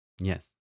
Yes